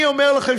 אני אומר לכם,